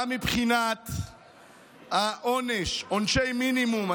גם מבחינת העונש, עונשי מינימום.